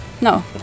no